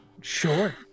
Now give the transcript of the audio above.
Sure